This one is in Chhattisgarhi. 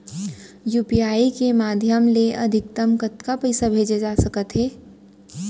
यू.पी.आई के माधयम ले अधिकतम कतका पइसा भेजे जाथे सकत हे?